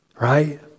right